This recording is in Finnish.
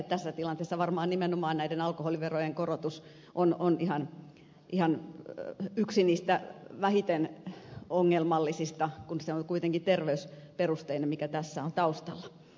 tässä tilanteessa varmaan nimenomaan näiden alkoholiverojen korotus on ihan yksi niistä vähiten ongelmallisista kun se on kuitenkin terveysperusteinen mikä tässä on taustalla